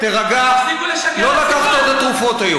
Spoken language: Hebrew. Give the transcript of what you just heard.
תפסיקו לשקר לציבור.